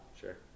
Sure